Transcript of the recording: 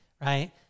right